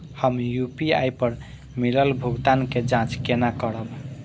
हम यू.पी.आई पर मिलल भुगतान के जाँच केना करब?